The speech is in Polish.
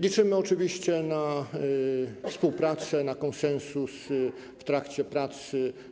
Liczymy oczywiście na współpracę, na konsensus w trakcie prac